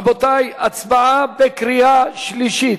רבותי, הצבעה בקריאה שלישית.